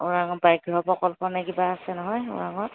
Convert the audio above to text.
ওৰাঙত প্ৰকল্পনে কিবা আছে নহয় ওৰাঙত